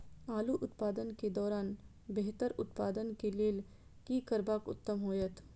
आलू उत्पादन के दौरान बेहतर उत्पादन के लेल की करबाक उत्तम होयत?